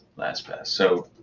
last pass. so